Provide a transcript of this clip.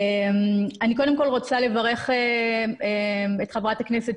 אני קודם כל רוצה לברך את חברת הכנסת